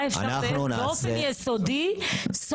יכול לדבר בנושא בריאות, אדוני היושב-ראש?